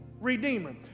redeemer